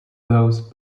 those